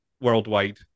worldwide